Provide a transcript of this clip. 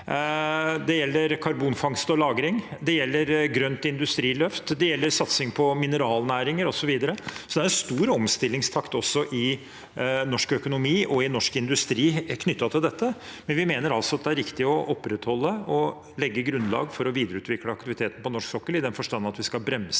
Det gjelder karbonfangst og lagring, det gjelder grønt industriløft, det gjelder satsing på mineralnæringer, osv. Det er en stor omstillingstakt i norsk økonomi og i norsk industri knyttet til dette, men vi mener altså at det er riktig å opprettholde og legge grunnlag for å videreutvikle aktiviteten på norsk sokkel, i den forstand at vi skal bremse